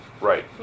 Right